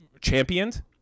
championed